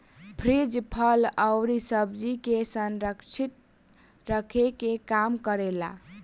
fridge फल अउरी सब्जी के संरक्षित रखे के काम करेला